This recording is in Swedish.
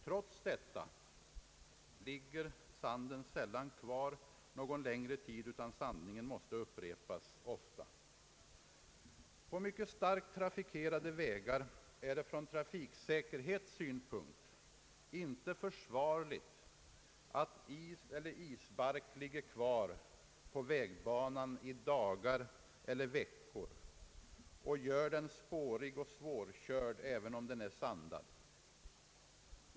Trots detta ligger sanden sällan kvar någon längre tid, utan sandningen måste upprepas ofta. På mycket starkt trafikerade vägar är det från trafiksäkerhetssynpunkt inte försvarligt att is eller isbark får ligga kvar på vägbanan i dagar eller veckor och göra den spårig och svårkörd även om den är sandad.